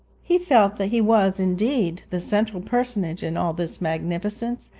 he felt that he was, indeed, the central personage in all this magnificence,